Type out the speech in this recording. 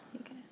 okay